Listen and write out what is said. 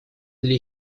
для